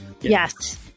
Yes